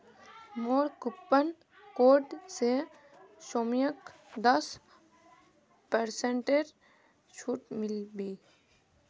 मोर coupon code स सौम्यक दस पेरसेंटेर छूट मिल बे